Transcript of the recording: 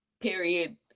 Period